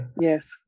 Yes